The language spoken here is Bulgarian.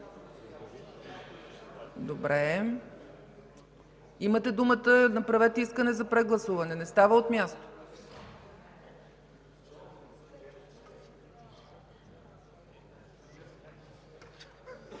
Цочев? Имате думата, направете искане за прегласуване. Не става от място.